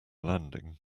landing